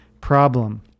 problem